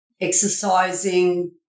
exercising